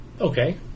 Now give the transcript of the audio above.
Okay